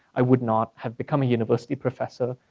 i would not have become a university professor.